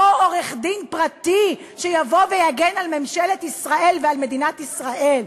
אותו עורך-דין פרטי שיבוא ויגן על ממשלת ישראל ועל מדינת ישראל.